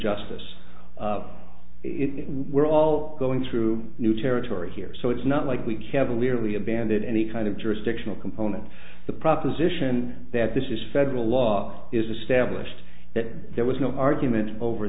justice if we're all going through new territory here so it's not like we cavalierly abandon any kind of jurisdictional component the proposition that this is federal law is established that there was no argument over